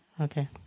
Okay